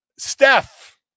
Steph